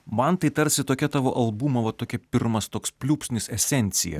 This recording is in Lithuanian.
man tai tarsi tokia tavo albumo va tokia pirmas toks pliūpsnis esencija